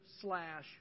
Slash